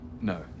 No